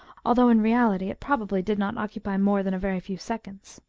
although in reality it probably did not occupy more than a very few seconds.